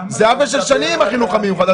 זה עוול של שנים החינוך המיוחד.